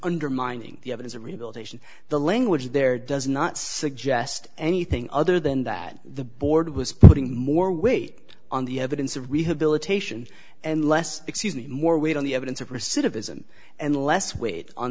undermining the evidence of rehabilitation the language there does not suggest anything other than that the board was putting more weight on the evidence of rehabilitation and less more weight on the evidence of recidivism and less weight on